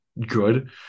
good